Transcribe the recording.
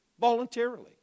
voluntarily